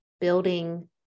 building